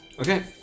Okay